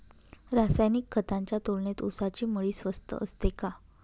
रासायनिक खतांच्या तुलनेत ऊसाची मळी स्वस्त असते का?